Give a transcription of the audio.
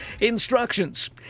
instructions